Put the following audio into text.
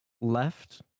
Left